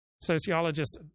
Sociologists